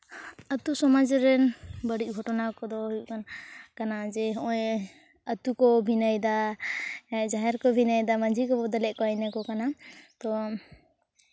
ᱟᱛᱳ ᱥᱚᱢᱟᱡᱽ ᱨᱮᱱ ᱵᱟᱹᱲᱤᱡ ᱜᱷᱚᱴᱚᱱᱟ ᱠᱚᱫᱚ ᱦᱩᱭᱩᱜ ᱠᱟᱱᱟ ᱡᱮ ᱦᱚᱜᱼᱚᱸᱭ ᱟᱛᱳ ᱠᱚ ᱵᱷᱤᱱᱟᱹᱭ ᱮᱫᱟ ᱡᱟᱦᱮᱨ ᱠᱚ ᱵᱷᱤᱱᱟᱹᱭ ᱮᱫᱟ ᱢᱟᱹᱡᱷᱤ ᱠᱚ ᱵᱚᱫᱚᱞᱮᱜ ᱠᱚᱣᱟ ᱤᱱᱟᱹ ᱠᱚ ᱠᱟᱱᱟ ᱛᱚ